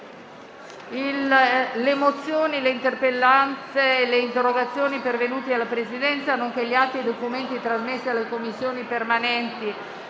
Le mozioni, le interpellanze e le interrogazioni pervenute alla Presidenza, nonché gli atti e i documenti trasmessi alle Commissioni permanenti